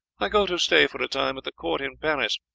i go to stay for a time at the court in paris,